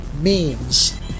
memes